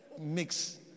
mix